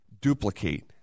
duplicate